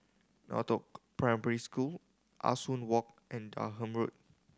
Northoaks Primary School Ah Soo Walk and Durham Road